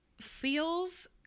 feels